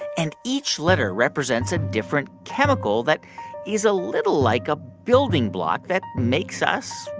and each letter represents a different chemical that is a little like a building block that makes us,